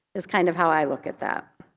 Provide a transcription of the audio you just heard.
is kind of how i look at that.